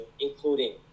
including